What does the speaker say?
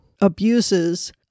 abuses